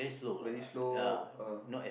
very slow uh